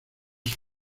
sus